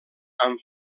amb